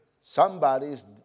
Somebody's